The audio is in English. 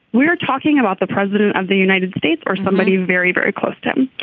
we are talking about the president of the united states or somebody very very close to him.